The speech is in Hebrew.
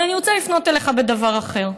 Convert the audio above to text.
אבל אני רוצה לפנות אליך בדבר אחר,